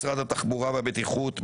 משרד התחבורה והבטיחות בדרכים,